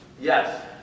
Yes